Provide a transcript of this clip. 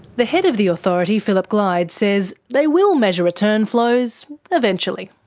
the head of the authority, phillip glyde, says they will measure return flows eventually.